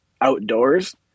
outdoors